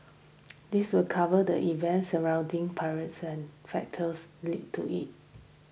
this will cover the events surrounding pilots and factors led to it